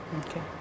Okay